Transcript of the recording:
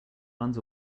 runs